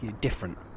different